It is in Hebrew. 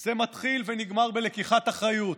זה מתחיל ונגמר בלקיחת אחריות,